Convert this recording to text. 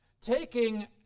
taking